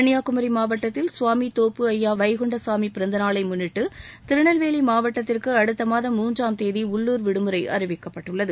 கன்னியாகுமரி மாவட்டத்தில் சுவாமி தோப்பு அய்யா வைகுண்டசாமி பிறந்த நாளை முன்னிட்டு திருநெல்வேலி மாவட்டத்திற்கு அடுத்த மாதம் மூன்றாம் தேதி உள்ளூர் விடுமுறை அறிவிக்கப்பட்டுள்ளது